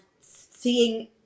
seeing